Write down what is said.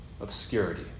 obscurity